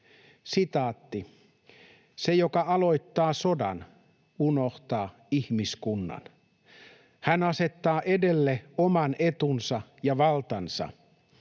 ”Se, joka aloittaa sodan, unohtaa ihmiskunnan. Hän asettaa edelle oman etunsa ja valtansa.